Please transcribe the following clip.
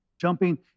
jumping